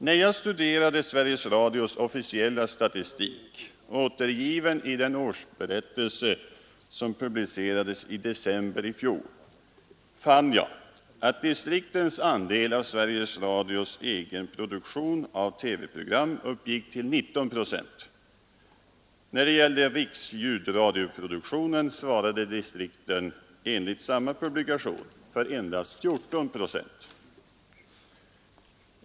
När jag studerade Sveriges Radios officiella statistik, återgiven i den årsberättelse som publicerades i december i fjol, fann jag att distriktens andel av Sveriges Radios egenproduktion av TV-program uppgick till 19 procent. När det gällde riksljudradioproduktionen svarade distrikten, enligt samma publikation, för endast 14 procent.